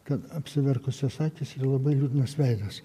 kad apsiverkusios akys yra labai liūdnas veidas